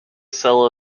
sell